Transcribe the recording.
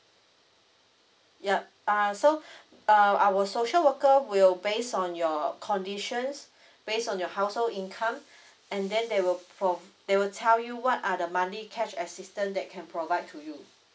yup uh so uh our social worker will based on your conditions based on your household income and then they will prov~ they will tell you what are the monthly cash assistance that can provide to you